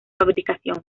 fabricación